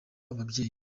ababyeyi